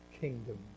kingdom